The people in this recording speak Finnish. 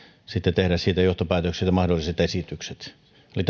sitten tehdä siitä johtopäätökset ja mahdolliset esitykset eli